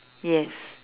yes